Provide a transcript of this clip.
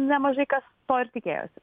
nemažai kas to ir tikėjosi